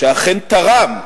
שאכן תרם,